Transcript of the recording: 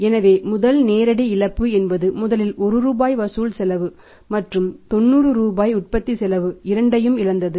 எனவே முதல் நேரடி இழப்பு என்பது முதலில் 1 ரூபாய் வசூல் செலவு மற்றும் 90 ரூபாய் உற்பத்தி செலவு இரண்டையும் இழந்தது